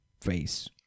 face